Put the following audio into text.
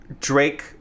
Drake